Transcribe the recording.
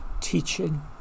teaching